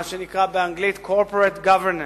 מה שנקרא באנגלית corporate governance,